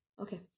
Okay